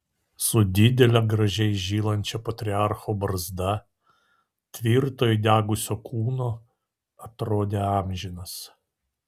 su didele gražiai žylančia patriarcho barzda tvirto įdegusio kūno atrodė amžinas